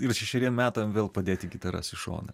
ir šešeriem metam vėl padėti gitaras į šoną